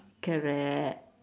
correct